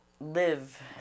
live